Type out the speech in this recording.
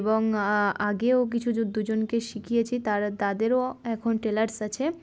এবং আগেও কিছু দুজনকে শিখিয়েছি তারা তাদেরও এখন টেলার্স আছে